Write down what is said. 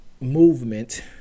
movement